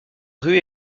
rue